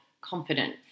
confidence